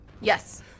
Yes